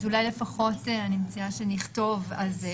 אז אולי לפחות, אני מציעה שנכתוב על זה: